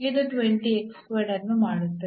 ಇದು ಅನ್ನು ಮಾಡುತ್ತದೆ